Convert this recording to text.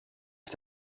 ist